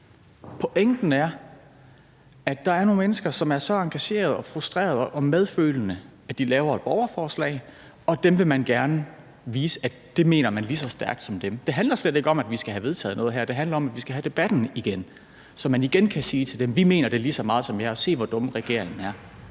Pointen er, at der er nogle mennesker, som er så engagerede, frustrerede og medfølende, at de laver et borgerforslag, og at dem vil man gerne vise, at man mener det lige så stærkt som dem. Det handler slet ikke om, at vi skal have vedtaget noget her. Det handler om, at man skal have debatten igen, så man igen kan sige til dem: Vi mener det lige så meget som jer, og se, hvor dumme regeringen er.